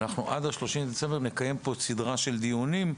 עד 30 בדצמבר אנחנו נקיים פה סדרה של דיונים,